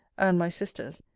and my sister's,